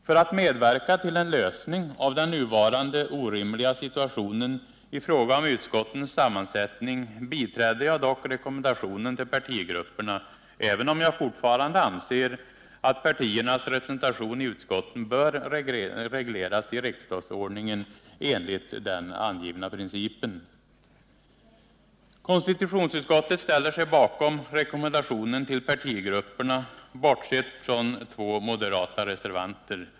För att medverka till en lösning av den nuvarande orimliga situationen i fråga om utskottens sammansättning biträdde jag dock rekommendationen till partigrupperna, även om jag fortfarande anser att partiernas representation i utskotten bör regleras i riksdagsordningen enligt den angivna principen. Konstitutionsutskottet ställer sig bakom rekommendationen till partigrupperna, bortsett från två moderata reservanter.